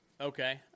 Okay